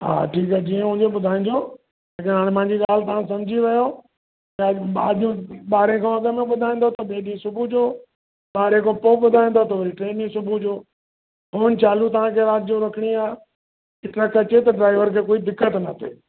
हा ठीकु आहे जीअं उनखे ॿुधाइजो लेकिन हाणे मुंहिंजी ॻाल्हि तव्हां सम्झी वियो त अज अॼु ॿारहें खों अॻिमें ॿुधाईंदो त ॿिए ॾींहं सुबुह जो ॿारहें खां पोइ ॿुधाईंदो त वरी टे ॾींहं सुबुह जो फ़ोन चालू तव्हांखे राति जो रखिणी आहे की ट्रक अचे त ड्राइवर कोई दिक़तु न थिए